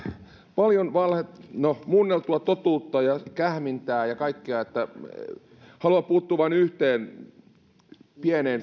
paljon valhetta no muunnettua totuutta ja kähmintää ja kaikkea että haluan puuttua vain yhteen pieneen